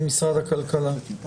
עם משרד הכלכלה.